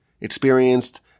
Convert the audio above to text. experienced